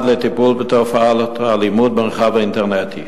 לטיפול בתופעת האלימות במרחב האינטרנטי.